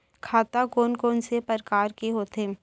खाता कोन कोन से परकार के होथे?